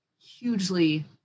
hugely